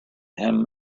him